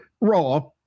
Raw